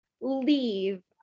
leave